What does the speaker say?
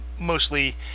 mostly